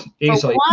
easily